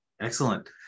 Excellent